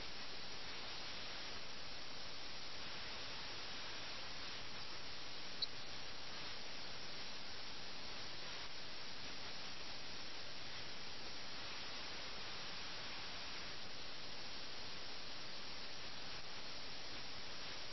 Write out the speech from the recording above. ഒരു കഥയുണ്ടാക്കാൻ വേണ്ടി നമുക്ക് ഒന്നിനുപുറകെ ഒന്നായി സമാനമായ തരത്തിലുള്ള സംഭവങ്ങൾ ഉണ്ടാകില്ല